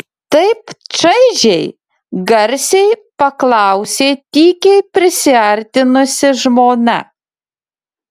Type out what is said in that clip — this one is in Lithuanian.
taip čaižiai garsiai paklausė tykiai prisiartinusi žmona